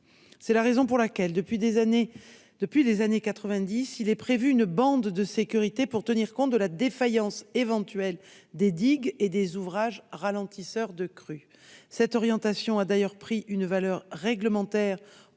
C'est la raison pour laquelle, depuis les années 1990, il est prévu une bande de sécurité afin de tenir compte de l'éventuelle défaillance des digues et des ouvrages ralentisseurs de crues. Cette orientation a d'ailleurs pris une valeur réglementaire